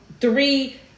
three